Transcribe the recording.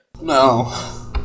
No